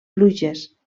pluges